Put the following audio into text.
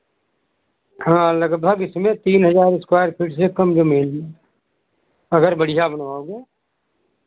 हाँ लगभग इसमें तीन हज़ार स्क्वायर फुट से कम ज़मीन अगर बढ़ियाँ बनावाओगे